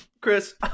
Chris